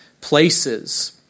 places